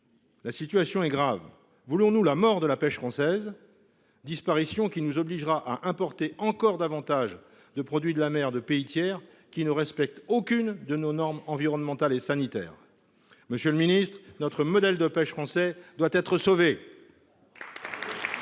La situation est grave ! Voulons nous la mort de la pêche française ? Une telle disparition nous obligerait à importer encore davantage de produits de la mer de pays tiers qui ne respectent aucune de nos normes environnementales et sanitaires. Monsieur le secrétaire d’État, notre modèle de pêche français doit être sauvé